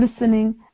Listening